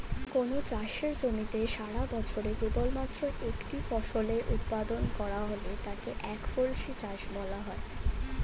কোনও চাষের জমিতে সারাবছরে কেবলমাত্র একটি ফসলের উৎপাদন করা হলে তাকে একফসলি চাষ বলা হয়